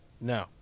no